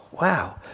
wow